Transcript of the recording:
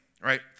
right